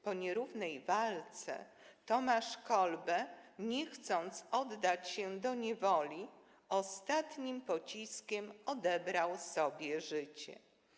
Po nierównej walce Tomasz Kolbe, nie chcąc oddać się do niewoli, ostatnim pociskiem odebrał sobie życie.